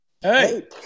Hey